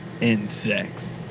insects